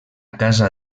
casa